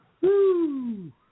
Woo